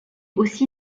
aussi